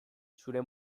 zure